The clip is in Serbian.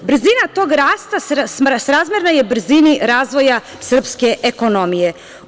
Brzina tog rasta srazmerna je brzini razvoja srpske ekonomije.